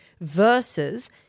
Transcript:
versus